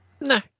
No